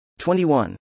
21